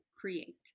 create